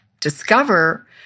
discover